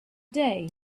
day